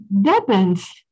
Depends